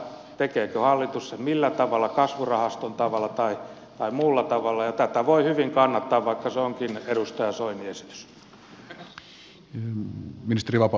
tekeekö hallitus sen millä tavalla kasvurahaston tavalla tai muulla tavalla mutta tätä voi hyvin kannattaa vaikka se onkin edustaja soinin esitys